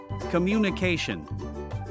Communication